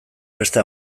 beste